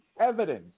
evidence